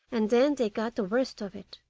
and then they got the worst of it.